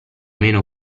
meno